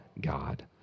God